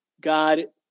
God